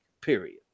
period